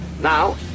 now